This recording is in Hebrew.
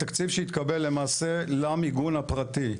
התקציב שהתקבל למעשה למיגון הפרטי,